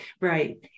right